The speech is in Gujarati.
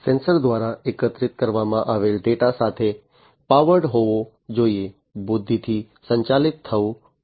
સેન્સર દ્વારા એકત્રિત કરવામાં આવેલ ડેટા સાથે પાવર્ડ હોવો જોઈએ બુદ્ધિથી સંચાલિત થવું પડશે